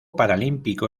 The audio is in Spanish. paralímpico